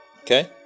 Okay